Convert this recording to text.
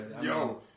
Yo